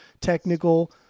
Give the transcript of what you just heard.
technical